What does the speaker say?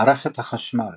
מערכת החשמל